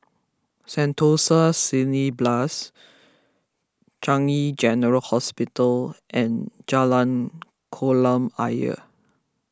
Sentosa Cineblast Changi General Hospital and Jalan Kolam Ayer